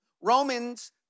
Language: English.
Romans